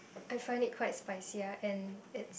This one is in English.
I find it quite spicy ah and it's